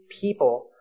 people